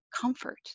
comfort